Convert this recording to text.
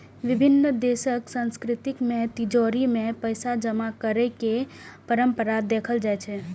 विभिन्न देशक संस्कृति मे तिजौरी मे पैसा जमा करै के परंपरा देखल जाइ छै